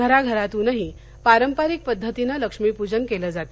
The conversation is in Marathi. घराघरातूनही पारंपरिक पद्धतीनं लक्ष्मीपूजन केलं जात